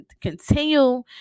continue